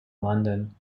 london